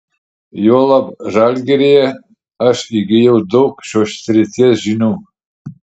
juolab žalgiryje aš įgijau daug šios srities žinių